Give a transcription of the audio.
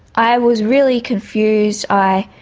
i was really confused, i